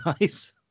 nice